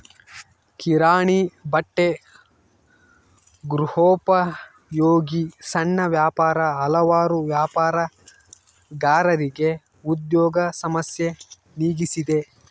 ಕಿರಾಣಿ ಬಟ್ಟೆ ಗೃಹೋಪಯೋಗಿ ಸಣ್ಣ ವ್ಯಾಪಾರ ಹಲವಾರು ವ್ಯಾಪಾರಗಾರರಿಗೆ ಉದ್ಯೋಗ ಸಮಸ್ಯೆ ನೀಗಿಸಿದೆ